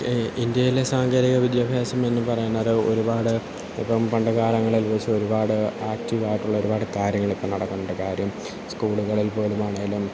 ഇന്ത്യയിലെ സാങ്കേതിക വിദ്യാഭ്യാസം എന്ന് പറയുന്നത് ഒരുപാട് ഇപ്പം പണ്ട്കാലങ്ങളെ അപേക്ഷിച്ച് ഒരുപാട് ആക്റ്റീവായിട്ടുള്ള ഒരുപാട് കാര്യങ്ങളൊക്കെ നടക്കുന്നുണ്ട് കാര്യം സ്കൂള്കളിൽപ്പോലും ആണേലും